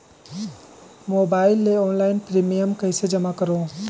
Mobile ले online premium कइसे जमा करों?